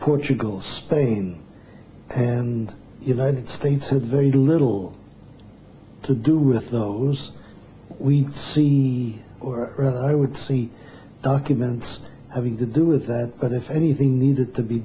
portugal spain and united states had very little to do with those we see or rather i would see documents having to do with that but if anything needed to be